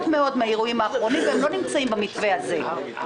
מאוד מהאירועים האחרונים והם לא נמצאים במתווה הזה.